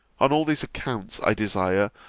on all these accounts, i desire,